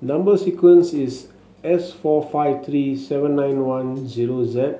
number sequence is S four five three seven nine one zero Z